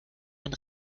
ein